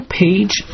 page